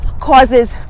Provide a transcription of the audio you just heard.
causes